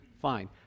fine